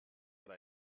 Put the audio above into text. what